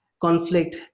conflict